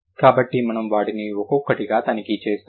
కాబట్టి మనము వాటిని ఒక్కొక్కటిగా తనిఖీ చేస్తాము